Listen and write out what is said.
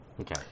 Okay